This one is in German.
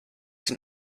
den